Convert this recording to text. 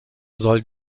soll